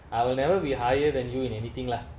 I will never be higher than you in anything lah